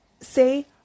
say